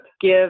give